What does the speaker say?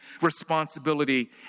responsibility